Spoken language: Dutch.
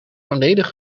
volledig